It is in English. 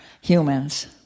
humans